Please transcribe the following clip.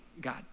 God